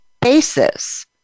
basis